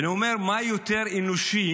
ואני אומר, מה יותר אנושי